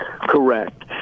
Correct